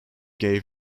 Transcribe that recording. gave